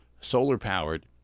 Solar-powered